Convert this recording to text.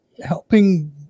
helping